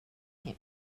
him